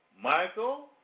Michael